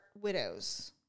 widows